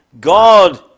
God